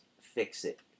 fix-it